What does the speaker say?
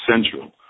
Central